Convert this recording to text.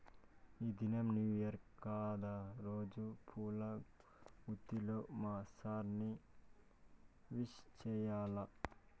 ఈ దినం new year కదా రోజా పూల గుత్తితో మా సార్ ని విష్ చెయ్యాల్ల